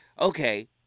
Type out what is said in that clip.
Okay